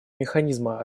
механизма